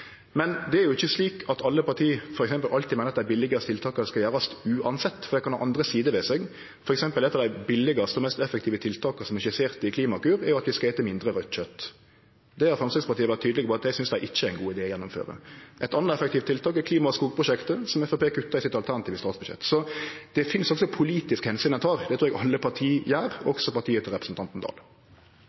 Men det er jo ikkje slik at alle parti f.eks. alltid meiner at dei billigaste tiltaka skal gjerast uansett. Dei kan ha andre sider ved seg. For eksempel er eit av dei billigaste og mest effektive tiltaka som er skissert i Klimakur, at vi skal ete mindre raudt kjøt. Det har Framstegspartiet vore tydeleg på at dei ikkje synest er ein god idé å gjennomføre. Eit anna effektivt tiltak er klimaskogprosjektet, som Framstegspartiet kuttar i sitt alternative statsbudsjett. Det finst altså politiske omsyn å ta. Det trur eg alle parti gjer, også partiet til representanten Dale.